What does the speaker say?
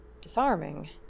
disarming